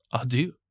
adieu